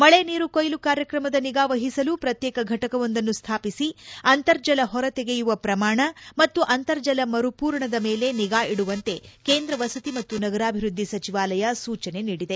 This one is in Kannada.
ಮಳೆ ನೀರು ಕೊಯ್ಲು ಕಾರ್ಯಕ್ರಮದ ನಿಗಾ ವಹಿಸಲು ಪ್ರತ್ಯೇಕ ಫಟಕವೊಂದನ್ನು ಸ್ಥಾಪಿಸಿ ಅಂತರ್ಜಲ ಹೊರತೆಗೆಯುವ ಪ್ರಮಾಣ ಮತ್ತು ಅಂತರ್ಜಲ ಮರುಪೂರಣದ ಮೇಲೆ ನಿಗಾ ಇಡುವಂತೆ ಕೇಂದ್ರ ವಸತಿ ಮತ್ತು ನಗರಾಭಿವೃದ್ಧಿ ಸಚಿವಾಲಯ ಸೂಚನೆ ನೀಡಿದೆ